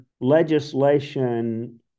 legislation